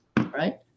right